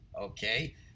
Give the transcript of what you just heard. okay